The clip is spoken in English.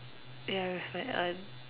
ya with my aunt